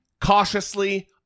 cautiously